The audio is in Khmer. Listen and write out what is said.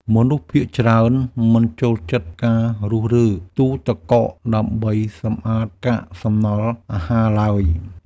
មនុស្សភាគច្រើនមិនចូលចិត្តការរុះរើទូទឹកកកដើម្បីសម្អាតកាកសំណល់អាហារឡើយ។